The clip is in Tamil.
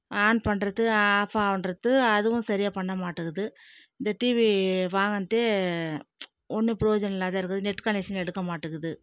ஆன் பண்ணுறது ஆஃப் ஆன்றது அதுவும் சரியாக பண்ண மாட்டேங்கிது இந்த டிவி வாங்கினதே ஒன்றும் ப்ரோஜனம் இல்லாத இருக்குது நெட் கனெக்ஷன் எடுக்க மாட்டேங்கி து